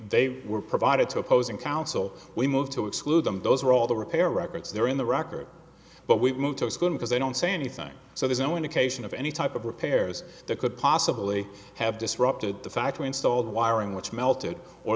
they were provided to opposing counsel we moved to exclude them those were all the repair records there in the record but we've moved to school because they don't say anything so there's no indication of any type of repairs that could possibly have disrupted the factory installed wiring which melted or